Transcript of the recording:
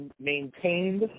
maintained